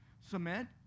cement